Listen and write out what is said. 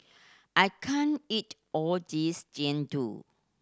I can't eat all this Jian Dui